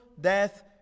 death